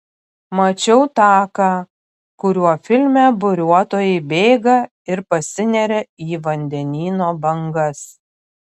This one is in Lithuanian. mačiau taką kuriuo filme buriuotojai bėga ir pasineria į vandenyno bangas